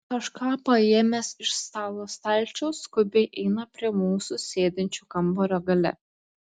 kažką paėmęs iš stalo stalčiaus skubiai eina prie mūsų sėdinčių kambario gale